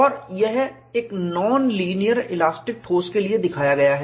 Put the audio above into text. और यह एक नॉन लीनियर इलास्टिक ठोस के लिए दिखाया गया है